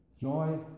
Joy